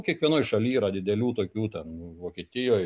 kiekvienoj šalyj yra didelių tokių ten vokietijoj